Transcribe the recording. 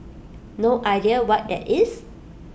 no idea what that is